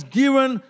given